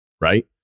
Right